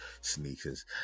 sneakers